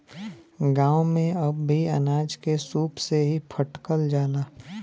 गांव में अब भी अनाज के सूप से ही फटकल जाला